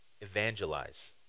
evangelize